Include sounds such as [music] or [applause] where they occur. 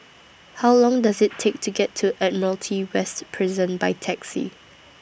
How Long Does IT Take [noise] to get to Admiralty West Prison By Taxi